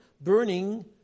burning